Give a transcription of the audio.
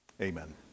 Amen